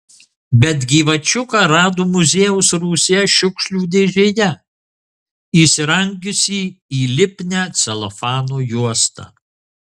bet gyvačiuką rado muziejaus rūsyje šiukšlių dėžėje įsirangiusį į lipnią celofano juostą